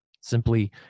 simply